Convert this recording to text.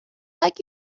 like